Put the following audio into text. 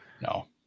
No